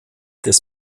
des